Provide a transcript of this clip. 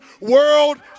world